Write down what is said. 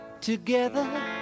together